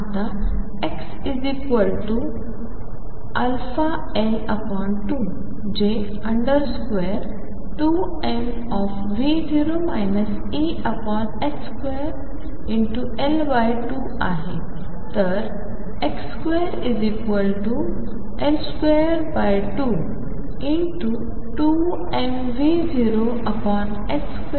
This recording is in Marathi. आता XαL2 जे 2m2 L2आहे